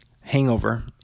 hangover